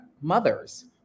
mothers